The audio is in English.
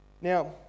Now